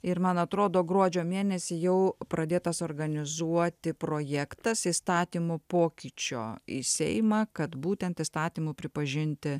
ir man atrodo gruodžio mėnesį jau pradėtas organizuoti projektas įstatymų pokyčio į seimą kad būtent įstatymu pripažinti